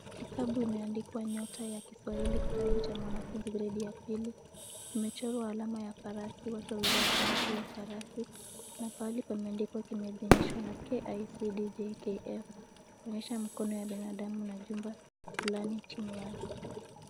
Kitabu kimeandikwa nyota ya kisawahili kitabu cha mwanafunzi gredi ya pili. Imechora alama ya watu wawili wamepanda juu ya farasi na pahali pameandikwa kimeidhinishwa na KICD JKF . Kimeonyeesha mkono ya binadamu na jumba flani chini yake.